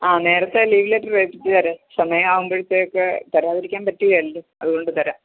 ആ നേരത്തെ leave letter വെച്ചേര് സമയം ആവുമ്പോഴത്തേക്ക് തരാതിരിക്കാൻ പറ്റില്ലല്ലോ അതുകൊണ്ട് തരാം